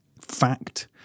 fact